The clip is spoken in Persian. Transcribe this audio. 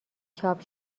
چاپ